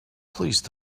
please